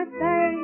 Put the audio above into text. say